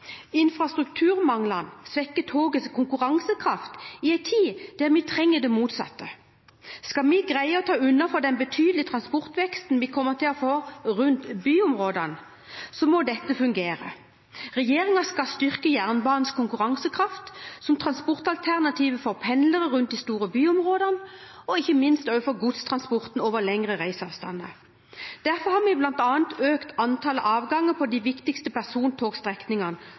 Infrastrukturmanglene svekker togets konkurransekraft i en tid der vi trenger det motsatte. Skal vi greie å ta unna for den betydelige transportveksten vi kommer til å få rundt byområdene, må dette fungere. Regjeringen skal styrke jernbanens konkurransekraft som transportalternativ for pendlere rundt de store byområdene og ikke minst også for godstransporten over lengre reiseavstander. Derfor har vi bl.a. økt antallet avganger på de viktigste persontogstrekningene